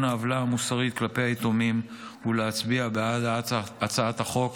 העוולה המוסרית כלפי היתומים ולהצביע בעד הצעת החוק.